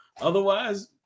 Otherwise